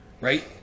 Right